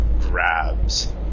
grabs